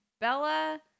Bella